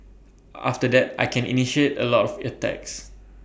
after that I can initiate A lot of attacks